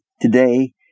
Today